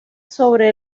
sobre